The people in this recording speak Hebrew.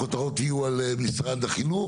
הכותרות יהיו על משרד החינוך?